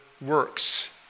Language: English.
works